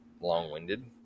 long-winded